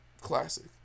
classic